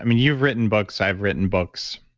um you've written books. i've written books.